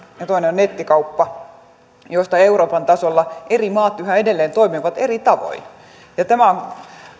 ja toinen nettikauppa joissa euroopan tasolla eri maat yhä edelleen toimivat eri tavoin tämä on